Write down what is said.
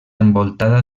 envoltada